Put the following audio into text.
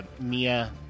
Mia